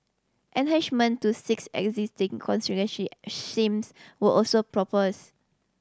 enhancement to six existing shames were also proposed